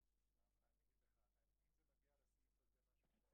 והתכוננות מה זה אומר אם פתאום הוא נתפס תוך כדי הסעה במצב חירום.